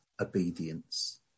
obedience